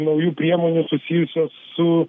naujų priemonių susijusios su